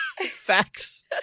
Facts